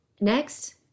Next